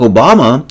Obama